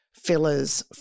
fillers